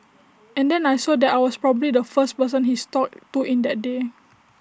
and then I saw that I was probably the first person he's talked to in that day